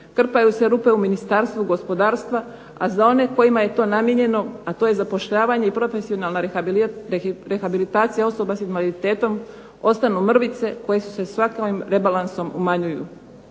Krpaju se rupe u Ministarstvu gospodarstva, a za one kojima je to namijenjeno, a to je zapošljavanje i profesionalna rehabilitacija osoba sa invaliditetom ostanu mrvice koje se svakim rebalansom umanjuju.